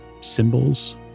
symbols